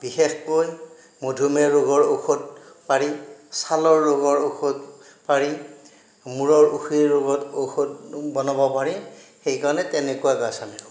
বিশেষকৈ মধুমেহ ৰোগৰ ঔষধ পাৰি ছালৰ ৰোগৰ ঔষধ পাৰি মূৰৰ উফি ৰোগৰ ঔষধ বনাব পাৰি সেই কাৰণে তেনেকুৱা গাছ আমি ৰোওঁ